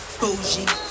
bougie